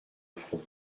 front